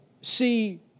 see